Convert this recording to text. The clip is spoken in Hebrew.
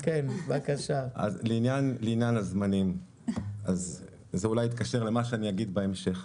אז לעניין הזמנים זה אולי יתקשר למה שאני אגיד בהמשך.